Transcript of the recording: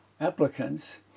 applicants